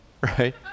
Right